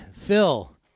Phil